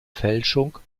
fälschung